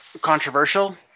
controversial